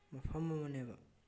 ꯃꯐꯝ ꯑꯃꯅꯦꯕ